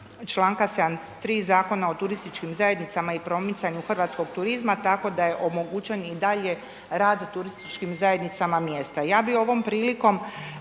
članka 73. Zakona o turističkim zajednicama i promicanju hrvatskog turizma, tako da je omogućen i dalje rad turističkim zajednicama mjesta. Ja bih ovom prilikom